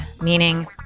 meaning